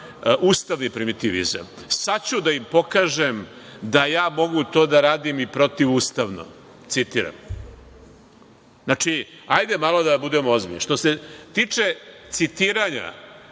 Citiram: „Sad ću da im pokažem da ja mogu to da radim i protivustavno“. Znači, hajde malo da budemo ozbiljni. Što se tiče citiranja,